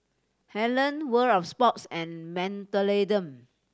Helen World Of Sports and Mentholatum